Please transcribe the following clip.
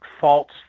false